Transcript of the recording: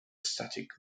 static